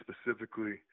specifically